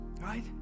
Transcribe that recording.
Right